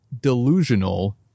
delusional